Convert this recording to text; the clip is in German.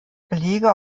belege